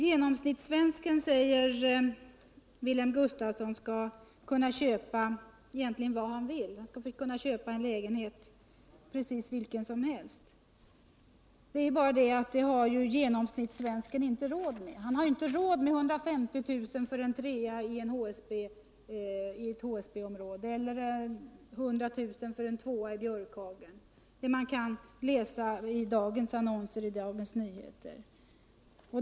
Genomsnittssvensken, säger Wilhelm Gustafsson, skall kunna köpa precis den lägenhet han vill ha. Det är bara det felet att genomsnittssvensken inte har råd med det — han har inte råd att betala 150 000 kr. för en trea i ett HSB område eller 100 000 kr. för en tvåa i Björkhagen. som man i dagens nummer av Dagens Nyheter kan läsa om.